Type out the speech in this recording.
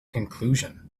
conclusion